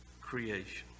creation